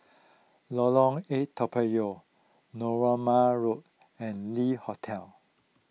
Lorong eight Toa Payoh Narooma Road and Le Hotel